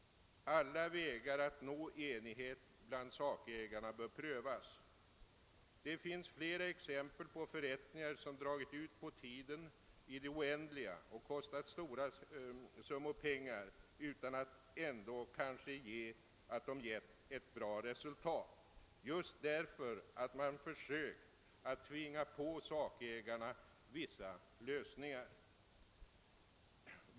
Alla vägar att nå enighet bland sakägarna bör prövas. Det finns flera exempel på förrättningar som har dragit ut på tiden i det oändliga och kostar stora summor pengar utan att ändå ge något bra resultat — just av den anledningen att man har försökt tvinga på sakägarna vissa lösningar.